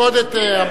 אתה תפקוד את הדוכן,